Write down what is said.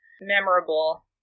memorable